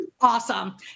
awesome